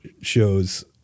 shows